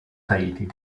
tahiti